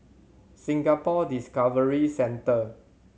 Singapore Discovery Centre